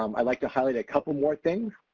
um i'd like to highlight a couple more things.